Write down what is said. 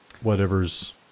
whatever's